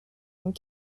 une